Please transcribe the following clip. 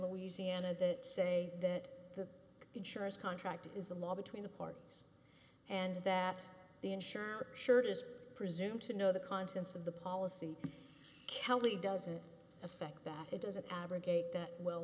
louisiana that say that the insurance contract is the law between the parties and that the insurer shirt is presumed to know the contents of the policy kelly doesn't affect that it doesn't abrogate that well